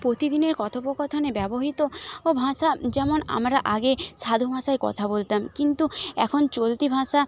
প্রতিদিনের কথোপকথনে ব্যবহৃত ও ভাষা যেমন আমরা আগে সাধু ভাষায় কথা বলতাম কিন্তু এখন চলতি ভাষা